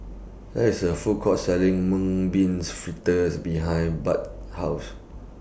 There IS A Food Court Selling Mung Beans Fritters behind Burt's House